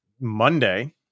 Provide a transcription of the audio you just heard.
Monday